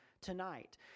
tonight